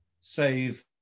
save